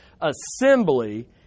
Assembly